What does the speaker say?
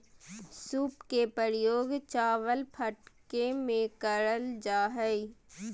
सूप के प्रयोग चावल फटके में करल जा हइ